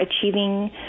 achieving